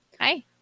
Hi